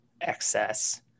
excess